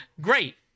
Great